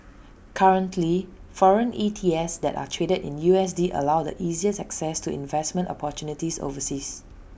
currently foreign E T Fs that are traded in U S D allow the easiest access to investment opportunities overseas